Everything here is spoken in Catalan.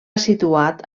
situat